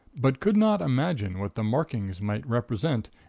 but could not imagine what the markings might represent,